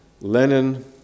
Lenin